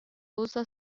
usa